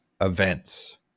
events